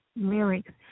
lyrics